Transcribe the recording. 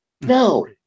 No